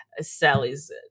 sally's